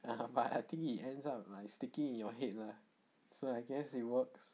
but I think he ends up like sticking in your head lah so I guess it works